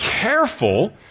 careful